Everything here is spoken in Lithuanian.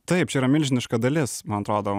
taip čia yra milžiniška dalis man atrodo